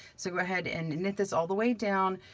so go ahead and knit this all the way down,